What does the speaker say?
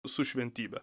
su šventybe